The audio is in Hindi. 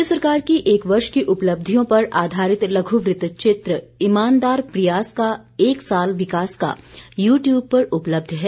राज्य सरकार की एक वर्ष की उपलब्धियों पर आधारित लघ् वृतचित्र ईमानदार प्रयास का एक साल विकास का यू ट्यूब पर उपलब्ध है